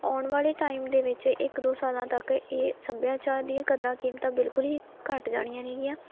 ਆਉਣ ਵਾਲੇ ਟਾਈਮ ਦੇ ਵਿੱਚ ਇੱਕ ਦੋ ਸਾਲਾਂ ਤੱਕ ਇਹ ਸੱਭਿਆਚਾਰ ਦੀਆਂ ਕਦਰਾਂ ਕੀਮਤਾਂ ਬਿਲਕੁਲ ਹੀ ਘੱਟ ਜਾਣੀਆਂ ਨੇਗੀਆਂ